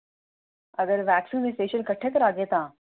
अगर वैक्सिंग ते फेशिअल किट्ठे करागे तां